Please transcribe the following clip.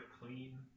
clean